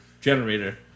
Generator